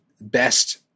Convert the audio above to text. best